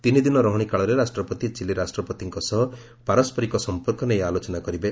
ତିନିଦିନ ରହଣି କାଳରେ ରାଷ୍ଟ୍ରପତି ଚିଲି ରାଷ୍ଟ୍ରପତିଙ୍କ ସହ ପାରସ୍କରିକ ସଂପର୍କ ନେଇ ଆଲୋଚନା କରିବେ